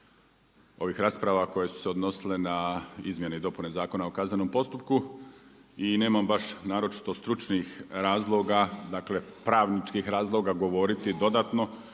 ovih rasprava koje su se odnosile na izmjene i dopune Zakona o kaznenom postupku i nemam baš naročito stručnih razloga, pravničkih razloga govoriti dodatno,